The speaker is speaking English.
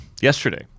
yesterday